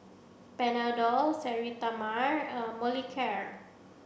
Panadol Sterimar and Molicare